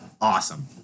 Awesome